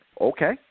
Okay